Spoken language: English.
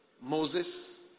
Moses